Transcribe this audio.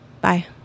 Bye